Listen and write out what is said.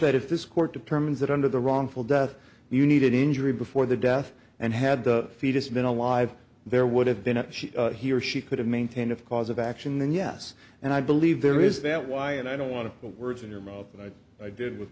that if this court determines that under the wrongful death you needed injury before the death and had the fetus men alive there would have been a she he or she could have maintained of cause of action then yes and i believe there is that why and i don't want to put words in your mouth but i i did with